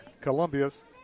Columbia's